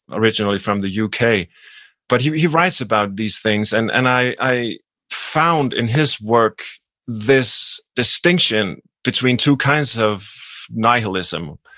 originally from the yeah uk, but he he writes about these things. and and i i found in his work this distinction between two kinds of nihilism.